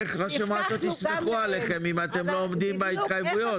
איך ראשי מועצות יסמכו עליכם אם אתם לא עומדים בהתחייבויות?